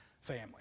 family